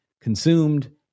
consumed